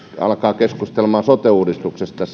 alkamaan keskustelemaan sote uudistuksesta